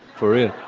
for real